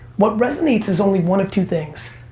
what resonates is only one of two things,